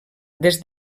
des